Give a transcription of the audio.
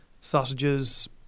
sausages